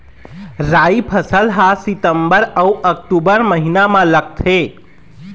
राई फसल हा सितंबर अऊ अक्टूबर महीना मा लगथे